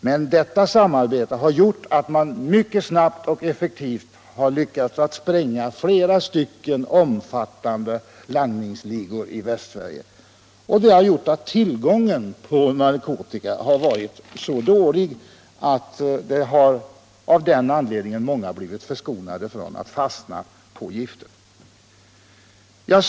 Men detta samarbete har gjort att man mycket snabbt och effektivt har lyckats spränga flera omfattande langningsligor i Västsverige, och därigenom har tillgången på narkotika blivit så dålig att många av den anledningen har blivit förskonade från att fastna i giftmissbruk.